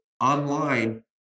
online